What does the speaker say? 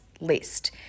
list